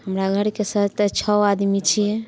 हमरा घरके सभ तऽ छओ आदमी छियै